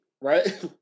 right